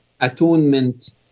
atonement